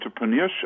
entrepreneurship